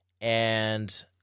and-